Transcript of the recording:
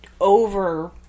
Over